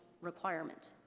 requirement